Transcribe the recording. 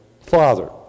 father